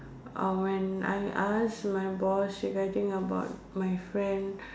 uh when I ask my boss regarding about my friend